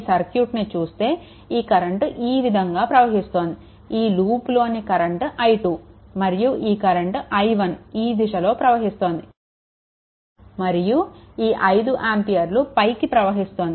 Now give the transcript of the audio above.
ఈ సర్క్యూట్ని చూస్తే ఈ కరెంట్ ఈ విధంగా ప్రవహిస్తోంది ఈ లూప్లోని కరెంట్ i2 మరియు ఈ కరెంట్ i1 ఈ దిశలో ప్రవహిస్తోంది మరియు ఈ 5 ఆంపియర్లు పైకి ప్రవహిస్తోంది